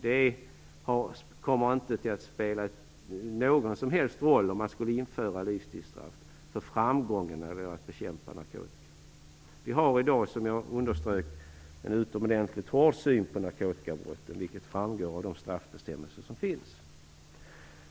Det skulle inte spela någon som helst roll för framgången när det gäller att bekämpa narkotika om man införde livstidsstraff. Vi har i dag som jag underströk en utomordentligt hård syn på narkotikabrott, vilket framgår av de straffbestämmelser som finns.